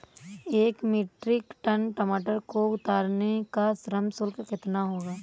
एक metric tonne टमाटर को उतारने का श्रम शुल्क कितना होगा?